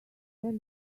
sell